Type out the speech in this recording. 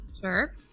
Sure